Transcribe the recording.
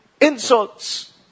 insults